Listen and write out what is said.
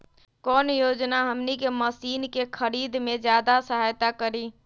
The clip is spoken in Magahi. कौन योजना हमनी के मशीन के खरीद में ज्यादा सहायता करी?